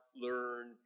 learn